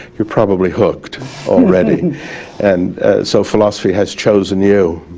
you're probably hooked already and so philosophy has chosen you.